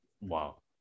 Wow